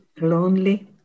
lonely